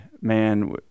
man